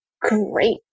great